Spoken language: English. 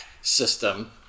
system